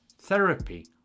therapy